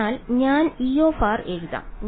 അതിനാൽ ഞാൻ E എഴുതാം